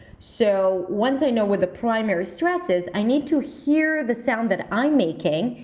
so once i know what the primary stress is, i need to hear the sound that i'm making.